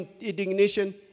indignation